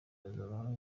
hazaba